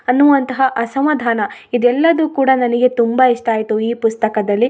ಅನ್ನುವಂತಹ ಅಸಮಾಧಾನ ಇದೆಲ್ಲದು ಕೂಡ ನನಗೆ ತುಂಬ ಇಷ್ಟ ಆಯಿತು ಈ ಪುಸ್ತಕದಲ್ಲಿ